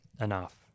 enough